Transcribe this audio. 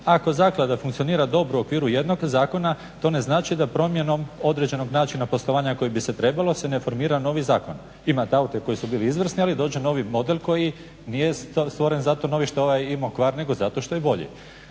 Ako zaklada funkcionira dobro u okviru jednog zakona to ne znači da promjenom određenog načina poslovanja kojim bi se trebalo se ne formira novi zakon. Imate aute koji su bili izvrsni, ali dođe novi model koji nije stvoren zato novi što je ovaj imao kvar nego zato što je bolji.